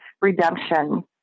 redemption